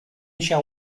shall